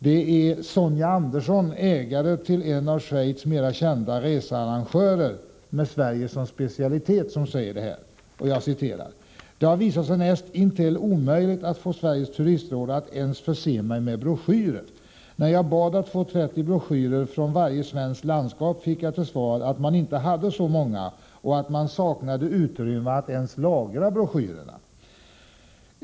Det är Sonia Andersson, ägaren till en av Schweiz mera kända researrangörer med Sverige som specialitet, som säger så här: ”Det har visat sig näst intill omöjligt att få Sveriges turistråd att ens förse mig med broschyrer. ”När jag bad att få 30 broschyrer från varje svenskt landskap fick jag till svar att man inte hade så många och att man saknade utrymme att ens lagra broschyrerna.